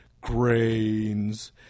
grains